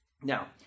Now